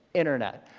internet.